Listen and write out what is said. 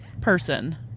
person